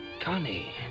Connie